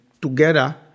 together